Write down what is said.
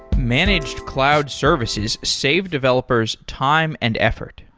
managed cloud services save developers time and effort.